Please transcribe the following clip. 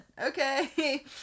okay